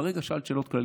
כרגע שאלת שאלות כלליות,